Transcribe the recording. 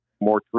more